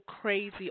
crazy